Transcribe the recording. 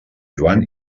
joan